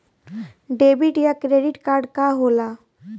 Debit या credit card का होला?